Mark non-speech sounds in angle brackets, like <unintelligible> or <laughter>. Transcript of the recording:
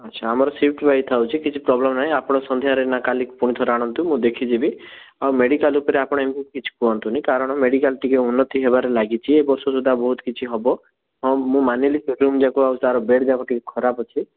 ଆଚ୍ଛା ଆମର ସ୍ଫିଟ୍ ୱାଇଜ୍ ଥାଉଛି କିଛି ପ୍ରୋବ୍ଲେମ୍ ନାହିଁ ଆପଣ ସନ୍ଧ୍ୟାରେ ନା କାଲି ପୁଣି ଥରେ ଆଣନ୍ତୁ ମୁଁ ଦେଖି ଦେବି ଆଉ ମେଡ଼ିକାଲ ଉପରେ ଏମିତି କିଛି କୁହନ୍ତୁନି କାରଣ ମେଡ଼ିକାଲ ଟିକେ ଉନ୍ନତି ହବାର ଲାଗିଛି ଏ ବର୍ଷ ସୁଧା ବହୁତ କିଛି ହବ ହଁ ମୁଁ ମାନିଲି <unintelligible> ତା'ର ବେଡ଼୍ ଗୁଡ଼ା ଖରାପ ଅଛି